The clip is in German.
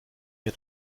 mir